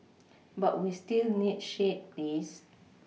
but we still need shade lease